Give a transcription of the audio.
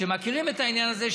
שמכירים את העניין הזה,